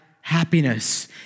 happiness